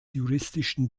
juristischen